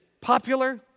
popular